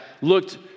looked